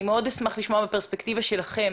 אני מאוד אשמח לשמוע בפרספקטיבה שלכם